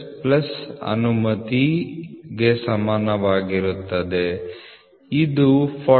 S plus ಅನುಮತಿಗೆ ಸಮಾನವಾಗಿರುತ್ತದೆ ಇದು 40